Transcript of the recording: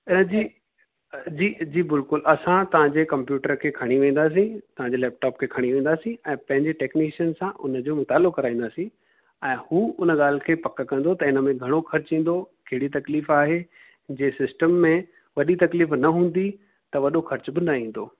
ऐं जी जी जी बिल्कुलु असां तव्हांजे कम्पयूटर खे खणी वेंदासीं तव्हांजे लैप्टॉप खे खणी वेंदासीं ऐं पंहिंजे टैक्निशियन सां हुनजो मितालो कराईंदासीं ऐं उहो हुन ॻाल्हि खे पक कंदो त हिन में घणो ख़र्चो ईंदो कहिड़ी तकलीफ़ आहे जे सिस्टम में वॾी तकलीफ़ न हूंदी त वॾो ख़र्चु बि न ईंदो